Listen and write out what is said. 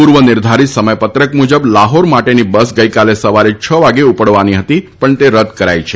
પૂર્વ નિર્ધારીત સમયપત્રક મુજબ લાહોર માટેની બસ ગઇકાલે સવારે છ વાગે ઉપડવાની હતી પણ તે રદ કરાઇ છે